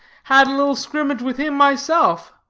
had a little skrimmage with him myself.